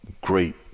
great